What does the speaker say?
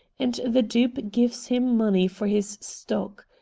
and the dupe gives him money for his stock.